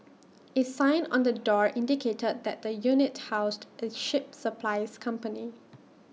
A sign on the door indicated that the unit housed A ship supplies company